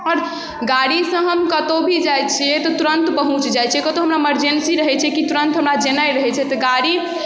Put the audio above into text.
आओर गाड़ीसँ हम कतहु भी जाइ छिए तऽ तुरन्त पहुँचि जाइ छिए कतहु हमरा इमरजेन्सी रहै छै कि तुरन्त हमरा जेनाइ रहै छै तऽ गाड़ी